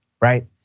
right